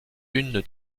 une